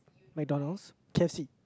McDonald's K_F_C